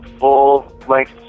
full-length